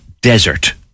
desert